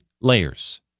layers